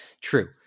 true